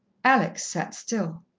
alex sat still.